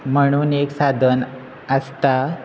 म्हणून एक साधन आसता